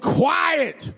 quiet